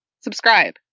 Subscribe